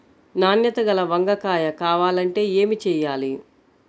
నాణ్యత గల వంగ కాయ కావాలంటే ఏమి చెయ్యాలి?